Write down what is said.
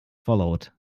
followed